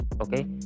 okay